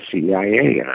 CIA